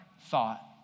thought